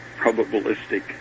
probabilistic